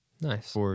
Nice